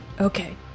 okay